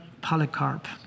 Polycarp